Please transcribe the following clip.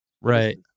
Right